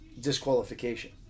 disqualification